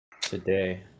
Today